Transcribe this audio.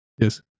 Yes